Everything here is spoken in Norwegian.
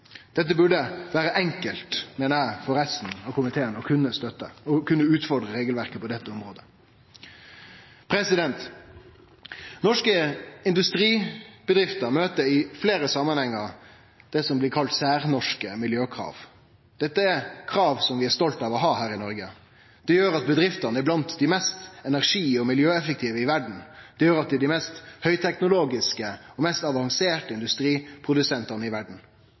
dette området. Norske industribedrifter møter i fleire samanhengar det som blir kalla særnorske miljøkrav. Dette er krav som vi er stolte av å ha her i Noreg. Det gjer at bedriftene er blant dei mest energi- og miljøeffektive i verda. Det gjer at dei er dei mest høgteknologiske og mest avanserte industriprodusentane i verda.